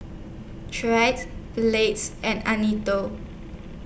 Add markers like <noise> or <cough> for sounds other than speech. Tre Blake and <unintelligible>